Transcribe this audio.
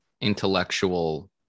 intellectual